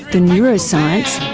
the neuroscience